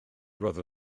roedd